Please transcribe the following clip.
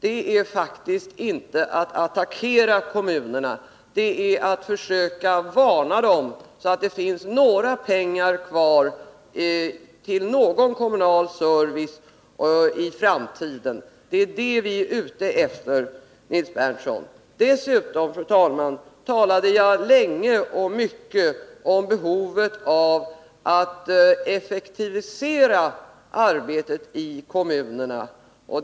Det innebär faktiskt inte att vi attackerar kommunerna, utan att vi vill försöka varna dem, så att det finns pengar kvar till kommunal service i framtiden. Det är detta vi är ute efter, Nils Berndtson. Dessutom, fru talman, talade jag länge och mycket om behovet av att effektivisera arbetet i kommunerna.